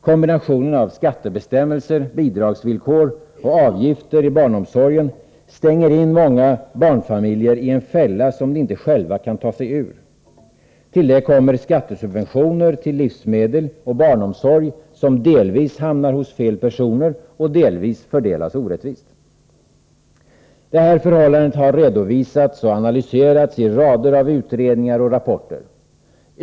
Kombinationen av skattebestämmelser, bidragsvillkor och avgifter i barnomsorgen stänger in många barnfamiljer i en fälla som de inte själva kan ta sig ur. Till detta kommer att skattesubventioner till livsmedel och barnomsorg delvis hamnar hos fel personer och delvis fördelas orättvist. Dessa förhållanden har redovisats och analyserats i rader av utredningar och rapporter.